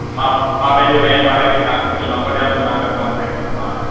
मां मां पंहिंजे वैन वारे खे तव्हांजो नंबर ॾियां थो तव्हांखे कॉन्टेक्ट कंदो हाणे